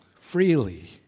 freely